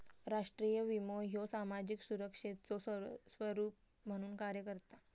राष्ट्रीय विमो ह्यो सामाजिक सुरक्षेचो स्वरूप म्हणून कार्य करता